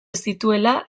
zituela